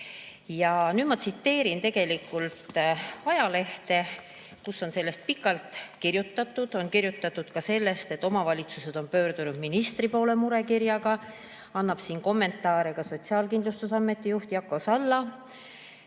Ja nüüd ma tsiteerin tegelikult ajalehte, kus on sellest pikalt kirjutatud. On kirjutatud ka sellest, et omavalitsused on pöördunud ministri poole murekirjaga, siin annab kommentaare ka Sotsiaalkindlustusameti juht Jako Salla.